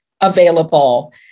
available